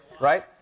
right